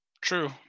True